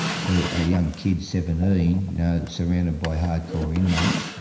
for a young kid, seventeen, you know surrounded by hard-core inmates,